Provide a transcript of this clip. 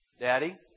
Daddy